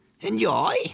Enjoy